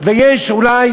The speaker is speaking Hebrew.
ויש אולי